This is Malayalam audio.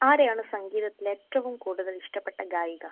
ആരെയാണ് സംഗീതത്തിൽ ഏറ്റവും കൂടുതൽ ഇഷ്ടപ്പെട്ട ഗായിക